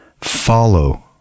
follow